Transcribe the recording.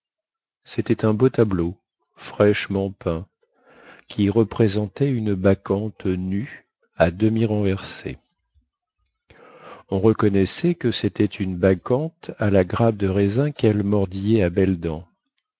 cétait un beau tableau fraîchement peint qui représentait une bacchante nue à demi renversée on reconnaissait que cétait une bacchante à la grappe de raisin quelle mordillait à belles dents